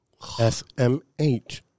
SMH